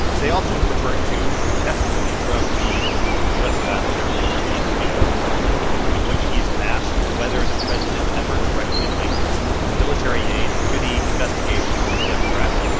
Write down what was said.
they also referred to testimony from the u s. ambassador to the european union gordon sondland in which he's asked whether the president ever directly linked military aid to the investigations of democrats.